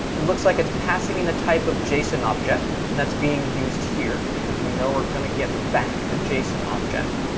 it looks like it's passing in a type of json object, and that's being used here, because we know we're going to get back a json object.